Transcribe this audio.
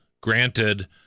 granted